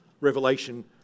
Revelation